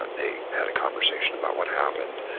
but they had a conversation about what happened.